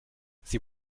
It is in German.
sie